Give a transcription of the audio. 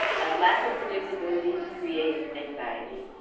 and lack of predictability creates anxiety.